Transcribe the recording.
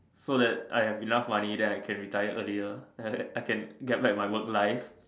so that I've enough money then I can retired earlier I can get back my work life